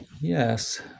Yes